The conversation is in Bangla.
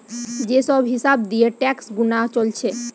যে সব হিসাব দিয়ে ট্যাক্স গুনা চলছে